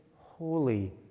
holy